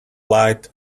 light